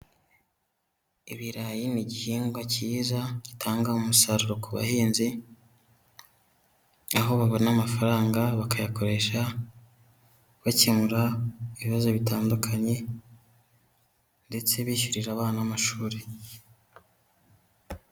Ibirayi ni igihingwa cyiza gitanga umusaruro ku bahinzi, aho babona amafaranga bakayakoresha bakemura ibibazo bitandukanye ndetse bishyurira abana amashuri.